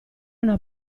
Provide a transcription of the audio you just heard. una